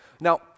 Now